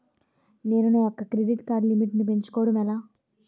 నేను నా యెక్క క్రెడిట్ కార్డ్ లిమిట్ నీ పెంచుకోవడం ఎలా?